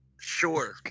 Sure